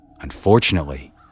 Unfortunately